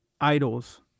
idols